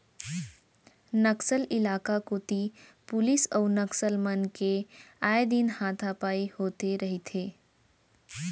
नक्सल इलाका कोती पुलिस अउ नक्सल मन के आए दिन हाथापाई होथे रहिथे